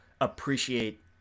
appreciate